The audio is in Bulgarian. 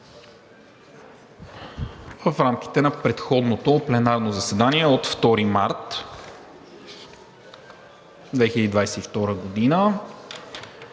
В рамките на предходното пленарно заседание от 2 март 2022 г.